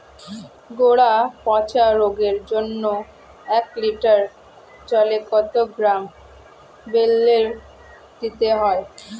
গোড়া পচা রোগের জন্য এক লিটার জলে কত গ্রাম বেল্লের দিতে হবে?